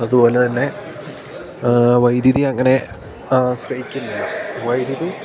അതുപോലെ തന്നെ വൈദ്യുതി അങ്ങനെ ആശ്രയിക്കുന്നില്ല വൈദ്യുതി